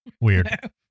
Weird